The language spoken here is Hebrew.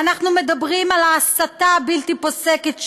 אנחנו מדברים על ההסתה הבלתי-פוסקת שם,